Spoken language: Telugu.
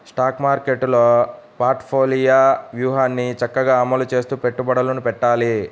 స్టాక్ మార్కెట్టులో పోర్ట్ఫోలియో వ్యూహాన్ని చక్కగా అమలు చేస్తూ పెట్టుబడులను పెట్టాలి